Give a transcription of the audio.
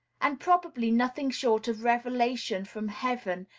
and probably nothing short of revelation from heaven,